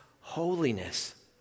holiness